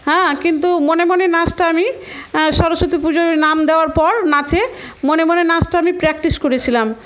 হ্যাঁ কিন্তু মনে মনে নাচটা আমি সরস্বতী পুজোর নাম দেওয়ার পর নাচে মনে মনে নাচটা আমি প্র্যাকটিস করেছিলাম